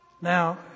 Now